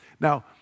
Now